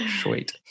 Sweet